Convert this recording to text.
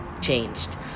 changed